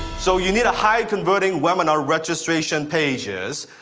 so, you need a high-converting webinar registration pages.